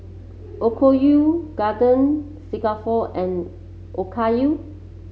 Okayu Garden Stroganoff and Okayu